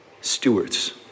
Stewards